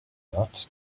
not